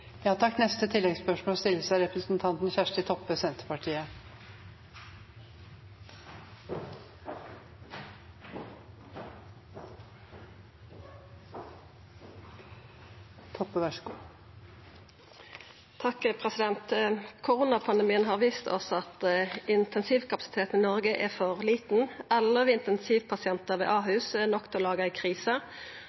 Kjersti Toppe – til oppfølgingsspørsmål. Koronapandemien har vist oss at intensivkapasiteten i Noreg er for liten. Elleve intensivpasientar ved